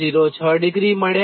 06° મળે